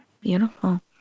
Beautiful